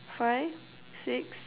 five six